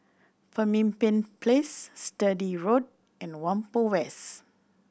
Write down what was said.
Pemimpin Place Sturdee Road and Whampoa West